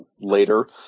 later